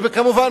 וכמובן,